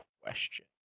question